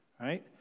right